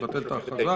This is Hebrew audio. זה: לבטל את ההכרזה.